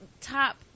top